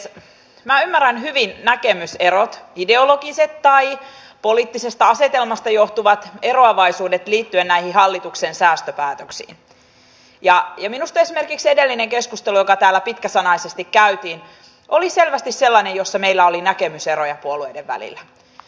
minä ymmärrän hyvin näkemyserot ideologiset tai poliittisesta asetelmasta johtuvat eroavaisuudet liittyen näihin hallituksen säästöpäätöksiin ja minusta esimerkiksi edellinen keskustelu joka täällä pitkäsanaisesti käytiin oli selvästi sellainen jossa meillä oli näkemyseroja puolueiden välillä